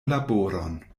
laboron